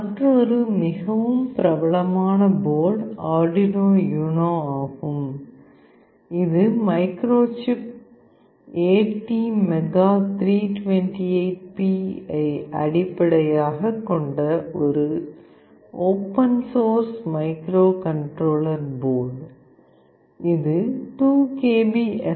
மற்றொரு மிகவும் பிரபலமான போர்டு அர்டுயினோ யுனோ ஆகும் இது மைக்ரோசிப் ATmega328P ஐ அடிப்படையாகக் கொண்ட ஒரு ஓபன் சோர்ஸ் மைக்ரோகண்ட்ரோலர் போர்டு இது 2 கிலோ பைட்ஸ் எஸ்